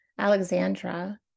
Alexandra